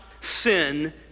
sin